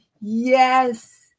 Yes